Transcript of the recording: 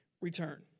return